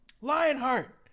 Lionheart